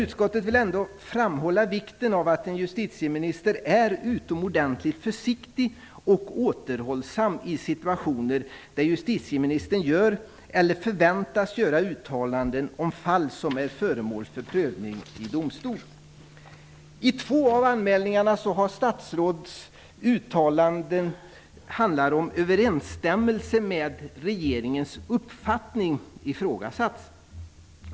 Utskottet vill ändå framhålla vikten av att en justitieminister är utomordentligt försiktig och återhållsam i situationer där justitieministern gör, eller förväntas göra, uttalanden om fall som är föremål för prövning i domstol. Två av anmälningarna handlar om uttalanden vars överensstämmelse med regeringens uppfattning har ifrågasatts.